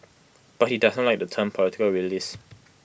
but he does not like the term political realist